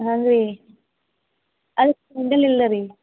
ಹಂಗೆ ರೀ ಅದಕ್ಕೆ ಪೆಂಡಲ್ ಇಲ್ಲ ರೀ